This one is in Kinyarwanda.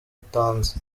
utanzi